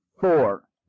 four